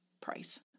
price